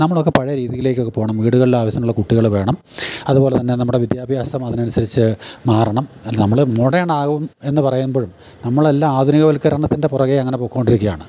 നമ്മളൊക്കെ പഴയ രീതിയിലേക്കൊക്കെ പോവണം വീടുകളിൽ ആവശ്യത്തിനുള്ള കുട്ടികൾ വേണം അതുപോലെത്തന്നെ നമ്മുടെ വിദ്യാഭ്യാസം അതിനനുസരിച്ച് മാറണം നമ്മൾ മൊഡേൺ ആകും എന്ന് പറയുമ്പോഴും നമ്മളെല്ലാ ആധുനിക വൽക്കരണത്തിൻ്റെ പുറകെ അങ്ങനെ പൊക്കോണ്ടിരിക്കുകയാണ്